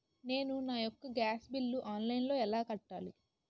నేను నా యెక్క గ్యాస్ బిల్లు ఆన్లైన్లో ఎలా కట్టాలి?